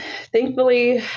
thankfully